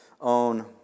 own